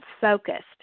focused